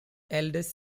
eldest